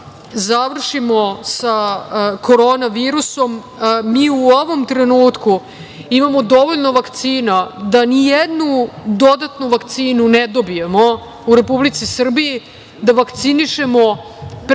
završimo sa Korona virusom. Mi u ovom trenutku imamo dovoljno vakcina da ni jednu dodatnu vakcinu ne dobijemo u Republici Srbiji, da vakcinišemo preko tri